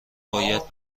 باید